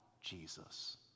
Jesus